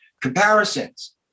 comparisons